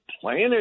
planet